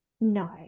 no